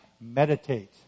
meditate